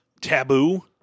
taboo